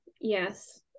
yes